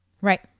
Right